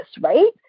right